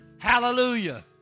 hallelujah